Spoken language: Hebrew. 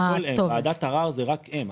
ועדת ערר זה רק הם.